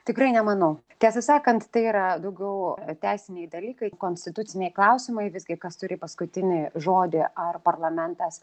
tikrai nemanau tiesą sakant tai yra daugiau teisiniai dalykai konstituciniai klausimai visgi kas turi paskutinį žodį ar parlamentas